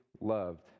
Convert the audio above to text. loved